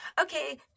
Okay